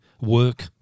work